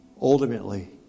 ultimately